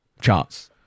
charts